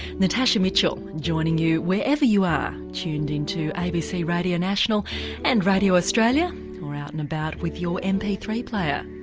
natasha mitchell joining you wherever you are tuned in to abc radio national and radio australia or out and about with your m p three player.